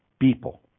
people